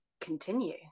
continue